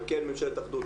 וכן ממשלת אחדות,